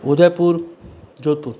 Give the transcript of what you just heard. Udaipur Jodhpur